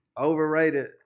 Overrated